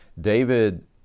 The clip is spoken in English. David